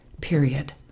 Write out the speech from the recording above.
period